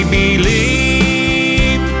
believe